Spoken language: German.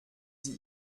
sie